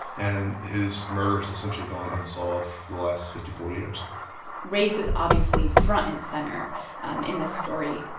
and his murder has essentially gone unsolved for the last fifty four years race is obviously front and center um in this story.